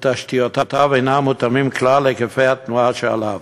ותשתיותיו אינן מותאמות כלל להיקפי התנועה שעליו.